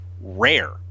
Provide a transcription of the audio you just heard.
rare